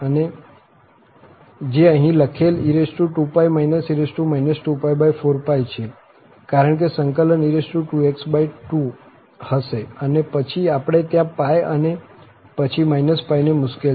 અને જે અહી લખેલ e2 e 24 છે કારણ કે સંકલન e2x2 હશે અને પછી આપણે ત્યાં π અને પછી π ને મુકેલ છે